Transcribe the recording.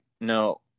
no